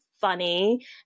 funny